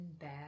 bad